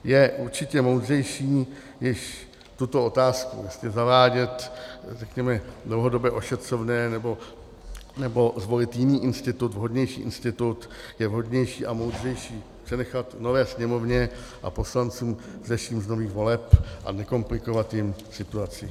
Je určitě moudřejší již tuto otázku, jestli zavádět dlouhodobé ošetřovné, nebo zvolit jiný institut, vhodnější institut, je vhodnější a moudřejší přenechat nové Sněmovně a poslancům vzešlých z nových voleb a nekomplikovat jim situaci.